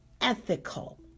ethical